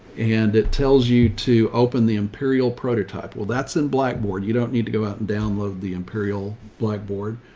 and it tells you to open the imperial prototype. well, that's in blackboard. you don't need to go out and download the imperial blackboard.